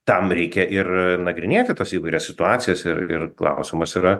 tam reikia ir nagrinėti tas įvairias situacijas ir ir klausimas yra